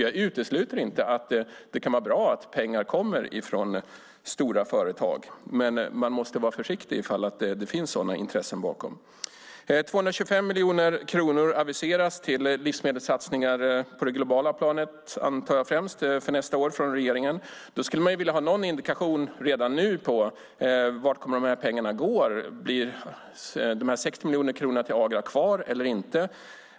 Jag utesluter inte att det kan vara bra att pengar kommer från stora företag. Men man måste vara försiktig ifall det finns sådana intressen bakom. Det aviseras 225 miljoner kronor till livsmedelssatsningar för nästa år från regeringen, främst på det globala planet antar jag. Då skulle man vilja ha någon indikation redan nu på vart pengarna kommer att gå. Är de 60 miljoner kronorna till Agra kvar eller inte?